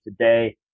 today